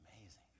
Amazing